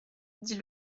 dit